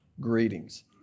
Greetings